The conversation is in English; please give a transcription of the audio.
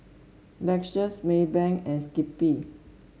Lexus Maybank and Skippy